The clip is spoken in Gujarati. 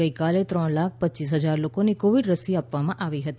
ગઈકાલે ત્રણ લાખ પચ્યીસ હજાર લોકોને કોવિડ રસી આપવામાં આવી હતી